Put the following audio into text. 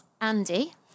Andy